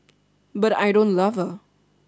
but I don't love her